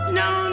no